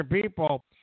people